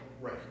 right